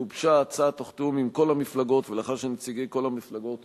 גובשה ההצעה תוך תיאום עם כל המפלגות ולאחר שנציגי כל המפלגות הוזמנו,